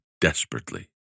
desperately